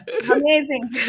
amazing